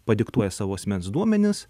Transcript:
padiktuoja savo asmens duomenis